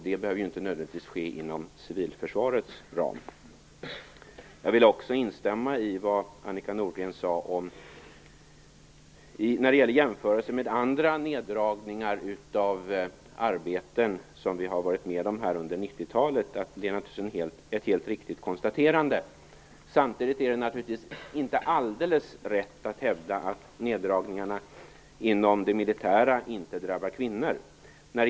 Det behöver inte nödvändigtvis ske inom civilförsvarets ram. Jag vill också instämma i vad Annika Nordgren sade om andra neddragningar av arbeten som vi har varit med om under 90-talet. Det är ett helt riktigt konstaterande. Samtidigt är det inte alldeles rätt att hävda att neddragningarna inom det militära inte drabbar kvinnor.